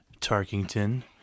Tarkington